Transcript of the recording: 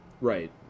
Right